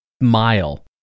mile